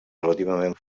relativament